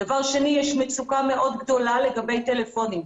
יש מצוקה מאוד גדולה לגבי טלפונים.